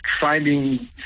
finding